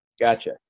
Gotcha